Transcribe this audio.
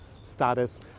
status